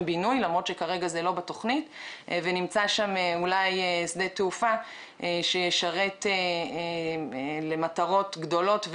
בינוי ואולי נמצא שם שדה תעופה שישרת למטרות רבות וגדולות יותר.